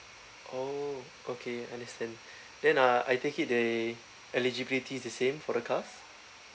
oh okay understand then uh I take it that eligibility is the same for the cars